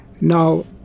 Now